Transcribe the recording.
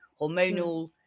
hormonal